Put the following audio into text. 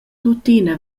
tuttina